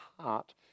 heart